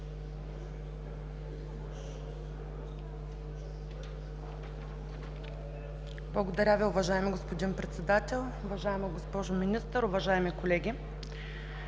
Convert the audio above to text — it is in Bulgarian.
Благодаря Ви, уважаеми господин Председател. Уважаема госпожо Министър, уважаеми колеги,